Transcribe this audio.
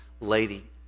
lady